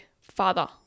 father